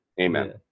Amen